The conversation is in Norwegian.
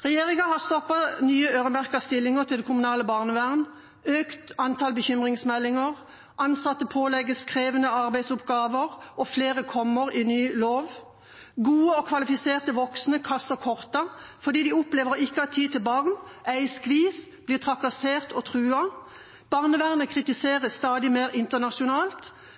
Regjeringa har stoppet nye øremerkede stillinger til det kommunale barnevernet, antall bekymringsmeldinger har økt, ansatte pålegges krevende arbeidsoppgaver og flere kommer i ny lov, gode og kvalifiserte voksne kaster kortene fordi de opplever ikke å ha tid til barna, er i skvis, blir trakassert og truet, barnevernet kritiseres stadig mer internasjonalt,